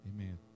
Amen